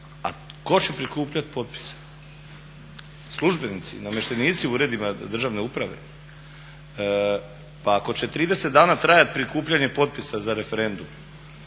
a tko će prikupljati potpise? Službenici, namještenici u Uredima državne uprave? Pa ako će 30 dana trajati prikupljanje potpisa za referendum